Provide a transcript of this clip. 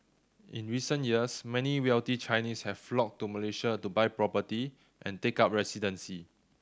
in recent years many wealthy Chinese have flocked to Malaysia to buy property and take up residency